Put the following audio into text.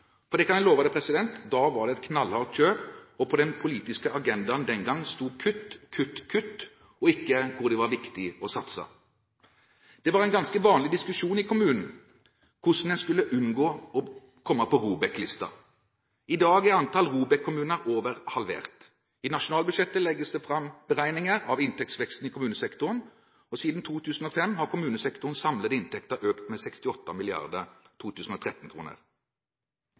Det kan jeg love, at da var det et knallhardt kjør. På den politiske agendaen den gang sto kutt, kutt, kutt, og ikke hvor det var viktig å satse. Det var en ganske vanlig diskusjon i kommunen hvordan man skulle unngå å komme på ROBEK-listen. I dag er antallet ROBEK-kommuner mer enn halvert. I nasjonalbudsjettet legges det fram beregninger av inntektsveksten i kommunesektoren, og siden 2005 har kommunesektorens samlede inntekter økt med 68